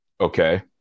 Okay